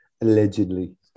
allegedly